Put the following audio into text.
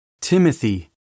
Timothy